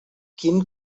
quin